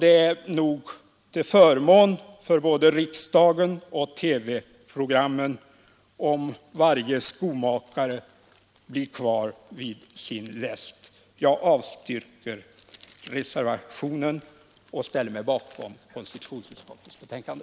Det är nog till förmån för både riksdagen och TV-programmen om varje skomakare blir kvar vid sin läst. Jag avstyrker reservationen och ställer mig bakom konstitutionsutskottets betänkande.